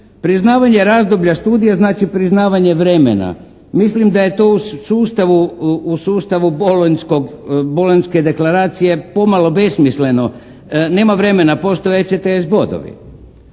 Priznavanje razdoblja studija znači priznavanje vremena. Mislim da je to u sustavu Bolonjske deklaracije pomalo besmisleno. Nema vremena, postoje ECTS bodovi.